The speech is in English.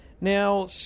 Now